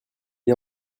est